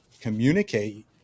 communicate